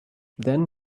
then